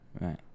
Right